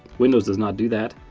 windows does not do that.